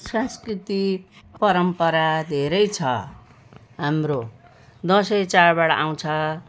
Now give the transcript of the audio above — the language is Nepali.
सांस्कृतिक परम्परा धेरै छ हाम्रो दसैँ चाडबाड आउँछ